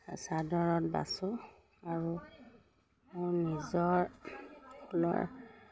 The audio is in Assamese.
চাদৰত বাচোঁ আৰু মোৰ নিজৰ ফুলৰ